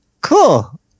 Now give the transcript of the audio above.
cool